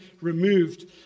removed